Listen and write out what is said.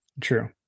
true